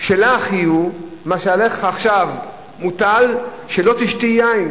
שלך יהיו, מה שעלייך מוטל עכשיו, שלא תשתי יין